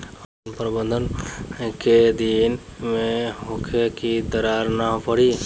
जल प्रबंधन केय दिन में होखे कि दरार न पड़ी?